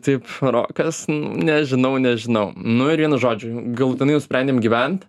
taip rokas nežinau nežinau nu ir vienu žodžiu galutinai nusprendėm gyvent